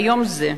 ביום זה,